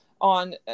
on